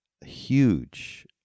huge